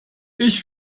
ich